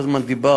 כל הזמן דיברת